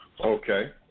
Okay